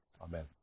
Amen